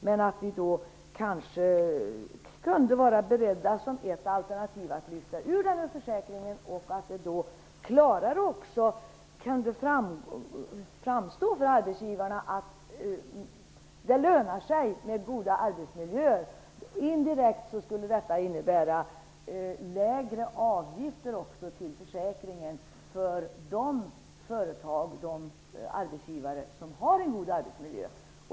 Kanske vi då kunde vara beredda att, som ett alternativ, lyfta ut denna försäkring så att det kunde framstå för arbetsgivarna att det lönar sig med goda arbetsmiljöer. Indirekt skulle detta innebära lägre avgifter till försäkringen för de företag och arbetsgivare som har en god arbetsmiljö.